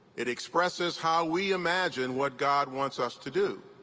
it expresses how we imagine what god wants us to do.